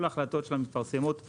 כל ההחלטות שלה מתפרסמות.